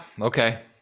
Okay